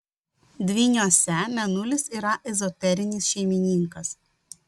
dvyniuose mėnulis yra ezoterinis šeimininkas